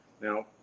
Now